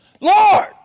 Lord